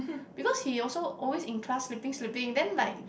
because he also always in class sleeping sleeping then like